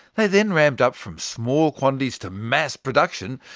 they then ramped up from small quantities to mass production,